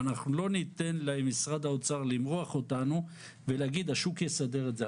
ואנחנו לא ניתן למשרד האוצר למרוח אותנו ולהגיד השוק יסדר את זה.